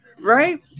right